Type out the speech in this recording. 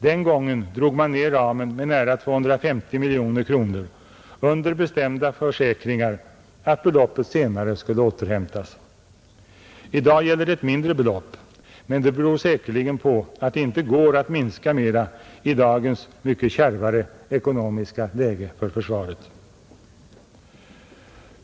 Den gången drog man ner ramen med nära 250 miljoner kronor under bestämda försäkringar att beloppet senare skulle återhämtas. I dag gäller det ett mindre belopp, men det beror säkerligen på att det inte går att minska mera i dagens mycket kärvare ekonomiska läge för försvaret.